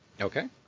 okay